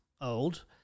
old